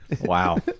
Wow